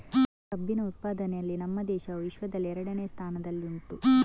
ಕಬ್ಬಿನ ಉತ್ಪಾದನೆಯಲ್ಲಿ ನಮ್ಮ ದೇಶವು ವಿಶ್ವದಲ್ಲಿ ಎರಡನೆಯ ಸ್ಥಾನದಲ್ಲಿ ಉಂಟು